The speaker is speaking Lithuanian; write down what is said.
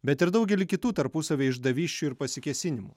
bet ir daugelį kitų tarpusavyje išdavysčių ir pasikėsinimų